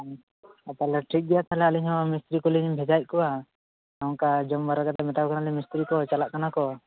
ᱦᱩ ᱟᱨ ᱛᱚᱦᱚᱞᱮ ᱴᱷᱤᱠ ᱜᱮᱭᱟ ᱛᱟᱦᱚᱞᱮ ᱟᱞᱤᱧ ᱦᱚᱸ ᱢᱤᱥᱛᱨᱤ ᱠᱚᱞᱤᱧ ᱵᱷᱮᱡᱟᱭᱮᱫ ᱠᱚᱣᱟ ᱱᱚᱝᱠᱟ ᱡᱚᱢᱵᱟᱲᱟ ᱠᱟᱛᱮ ᱢᱮᱛᱟᱠᱚ ᱠᱟᱱᱟᱞᱤᱧ ᱢᱤᱥᱛᱨᱤ ᱠᱚ ᱪᱟᱞᱟᱜ ᱠᱟᱱᱟᱠᱚ